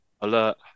alert